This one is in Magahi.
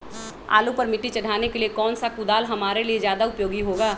आलू पर मिट्टी चढ़ाने के लिए कौन सा कुदाल हमारे लिए ज्यादा उपयोगी होगा?